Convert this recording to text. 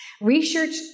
Research